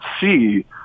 see